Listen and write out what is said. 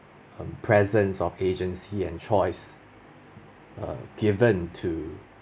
um presence of agency and choice err given to